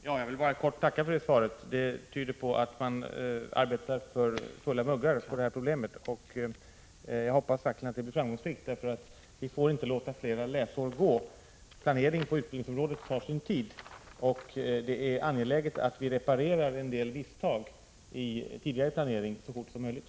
Herr talman! Jag vill bara tacka för detta svar, som tyder på att man arbetar för fullt med problemet. Jag hoppas verkligen att det blir framgångsrikt, eftersom vi inte får förlora fler läsår. Planeringen på utbildningsområdet tar nämligen sin tid, och det är angeläget att vi reparerar en del misstag i tidigare planering så fort som möjligt.